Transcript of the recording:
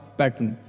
pattern